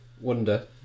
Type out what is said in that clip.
Wonder